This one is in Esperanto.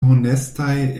honestaj